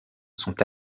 sont